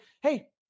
Hey